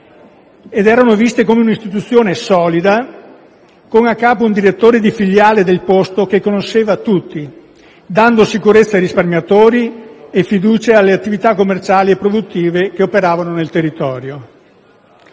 era vista come un'istituzione solida, con a capo un direttore di filiale del posto, che conosceva tutti, dando sicurezza ai risparmiatori e fiducia alle attività commerciali e produttive che operavano nel territorio.